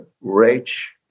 rich